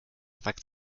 wagt